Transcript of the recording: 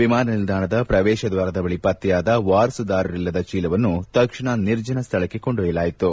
ವಿಮಾನ ನಿಲ್ದಾಣದ ಪ್ರವೇಶ ದ್ವಾರದ ಬಳಿ ಪತ್ತೆಯಾದ ವಾರಸುದಾರರಿಲ್ಲದ ಚೀಲವನ್ನು ತಕ್ಷಣ ನಿರ್ಜನ ಸ್ವಳಕ್ಕೆ ಕೊಂಡೊಯ್ದಲಾಯಿತು